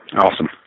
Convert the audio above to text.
Awesome